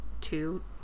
two